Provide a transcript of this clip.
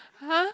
!huh!